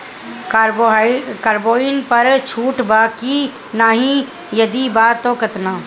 Combine पर छूट बा की नाहीं यदि बा त केतना?